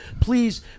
please